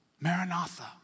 Maranatha